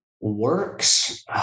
works